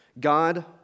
God